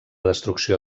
destrucció